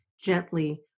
gently